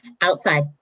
outside